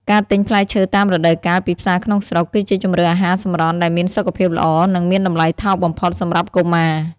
ការទិញផ្លែឈើតាមរដូវកាលពីផ្សារក្នុងស្រុក គឺជាជម្រើសអាហារសម្រន់ដែលមានសុខភាពល្អ និងមានតម្លៃថោកបំផុតសម្រាប់កុមារ។